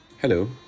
Hello